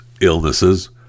illnesses